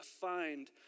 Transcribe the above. find